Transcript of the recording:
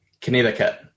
Connecticut